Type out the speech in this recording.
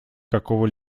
какого